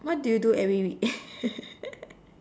what do you do every weekend